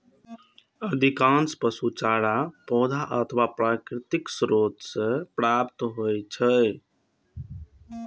अधिकांश पशु चारा पौधा अथवा प्राकृतिक स्रोत सं प्राप्त होइ छै